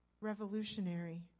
revolutionary